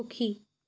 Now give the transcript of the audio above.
সুখী